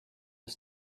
was